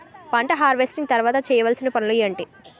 పంట హార్వెస్టింగ్ తర్వాత చేయవలసిన పనులు ఏంటి?